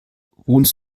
wohnst